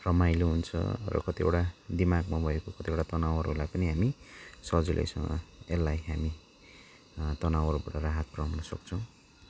रमाइलो हुन्छ र कतिवटा दिमागमा भएको कतिवटा तनावहरूलाई पनि हामी सजिलैसँग यसलाई हामी तनावहरूबाट राहत पुऱ्याउन सक्छौँ